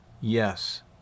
yes